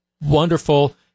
wonderful